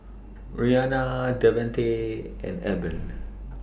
Rianna Devante and Eben